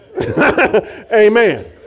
Amen